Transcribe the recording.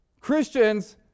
Christians